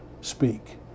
speak